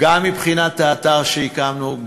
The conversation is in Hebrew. גם מבחינת האתר שהקמנו,